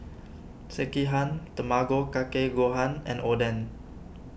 Sekihan Tamago Kake Gohan and Oden